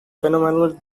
phenomenal